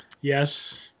Yes